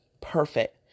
perfect